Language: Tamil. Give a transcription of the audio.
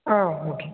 ஆ ஓகே